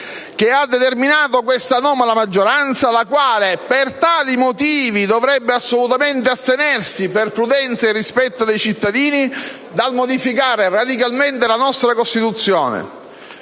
che ha determinato questa anomala maggioranza, la quale, per tali motivi, dovrebbe assolutamente astenersi, per prudenza e rispetto dei cittadini, dal modificare radicalmente la nostra Costituzione.